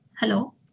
Hello